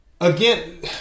Again